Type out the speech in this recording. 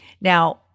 Now